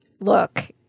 look